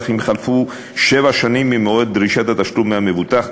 אם חלפו שבע שנים ממועד דרישת התשלום מהמבוטח,